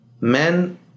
Men